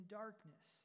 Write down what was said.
darkness